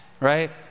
right